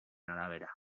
arabera